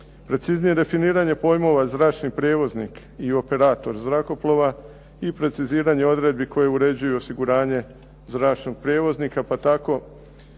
Preciznije definiranje pojmova zračni prijevoznik i operator zrakoplova i preciziranje odredbi koje uređuju osiguranje zračnog prijevoznika, pa tko